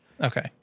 Okay